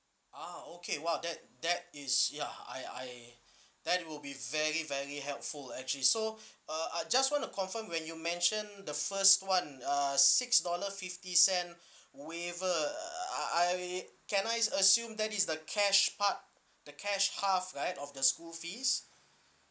ah okay !wow! that that is ya I I that would be very very helpful actually so uh I just want to confirm when you mention the first one uh six dollar fifty cent waiver uh I can I assume that is the cash part the cash half right of the school fees